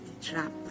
trap